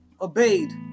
obeyed